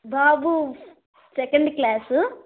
Babu second class